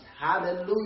Hallelujah